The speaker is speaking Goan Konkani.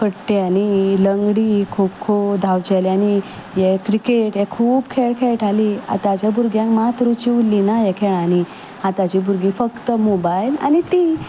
कट्ट्यांनी लंग्डी कॉ कॉ धांवचेल्यांनी हे क्रिकेट हे खूब खेळ खेळटालीं आतांचे भुरग्यांक मात रुची उरली ना हे खेळांनी आतांची भुरगीं फक्त मोबायल आनी टी वी